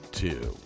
two